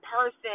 person